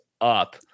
up